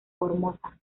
formosa